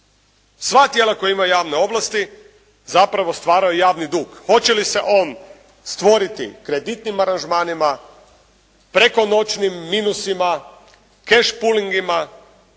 Sva tijela koja imaju javne ovlasti zapravo stvaraju javni dug. Hoće li se on stvoriti kreditnim aranžmanima, preko noćnim minusima, cash pullingima,